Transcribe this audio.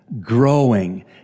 growing